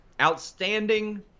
Outstanding